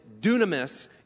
dunamis